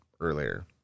earlier